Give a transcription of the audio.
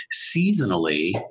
Seasonally